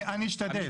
אני אשתדל.